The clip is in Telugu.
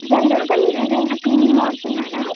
జనరల్గా మీరు ఏదైనా క్రీమ్ని వాడుతున్నారా